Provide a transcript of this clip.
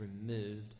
removed